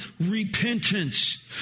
repentance